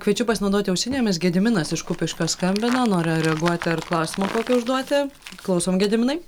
kviečiu pasinaudoti ausinėmis gediminas iš kupiškio skambina nori reaguot ar klausimą kokį užduoti klausom gediminai